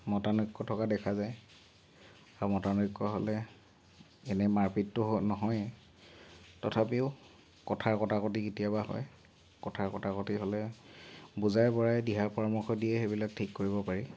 মতানৈক্য থকা দেখা যায় আৰু মতানৈক্য হ'লে এনেই মাৰপিটো হয় নহয়ে তথাপিও কথাৰ কটাকটি কেতিয়াবা হয় কথাৰ কটাকটি হ'লে বুজাই বঢ়াই দিহা পৰামৰ্শ দিয়েই সেইবিলাক ঠিক কৰিব পাৰি